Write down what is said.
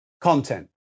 content